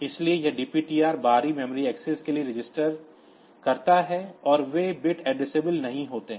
इसलिए यह DPTR बाहरी मेमोरी एक्सेस के लिए रजिस्टर करता है और वे बिट एड्रेसेबल नहीं होते हैं